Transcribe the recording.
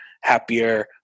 happier